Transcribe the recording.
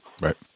Right